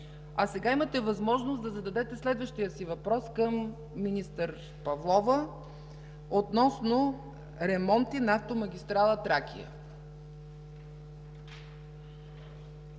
А сега имате възможност да зададете следващия си въпрос към министър Павлова относно ремонти на автомагистрала Тракия.